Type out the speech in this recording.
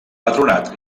patronat